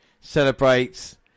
celebrates